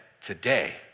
today